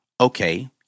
okay